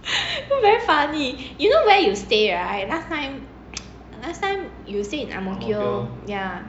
very funny you know where you stay right last time last time you stay in ang mo kio yeah